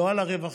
לא על הרווחים.